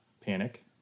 Panic